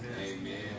Amen